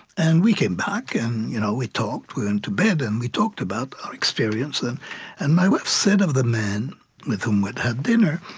and we came back, and you know we talked. we went to bed, and we talked about our experience. and and my wife said of the man with whom we'd had dinner,